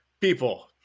people